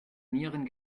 nieren